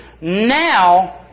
now